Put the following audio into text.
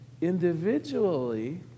individually